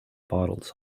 bottles